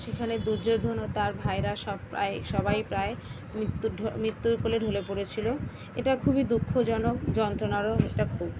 সেখানে দুর্যোধন ও তার ভাইরা সব প্রায় সবাই প্রায় মিত্যুর ঢো মিত্যুর কোলে ঢলে পড়েছিলো এটা খুবই দুঃখজনক যন্ত্রণারও এটা খুব